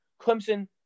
Clemson